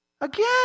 Again